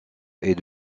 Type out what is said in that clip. est